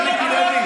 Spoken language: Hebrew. חבר הכנסת מיקי לוי,